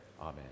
Amen